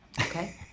Okay